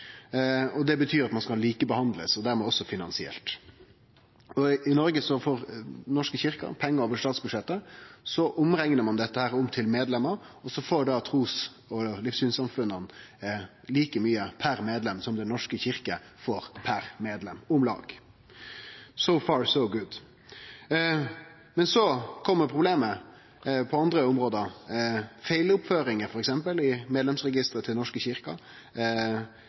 likt. Det betyr at ein skal likebehandlast også finansielt. I Noreg får Den norske kyrkja pengar over statsbudsjettet. Ein reknar dette om til medlemer, og så får trus- og livssynssamfunna om lag like mykje per medlem som Den norske kyrkja får per medlem – «so far so good». Så kjem problemet på andre område. Feiloppføringar i medlemsregisteret til Den norske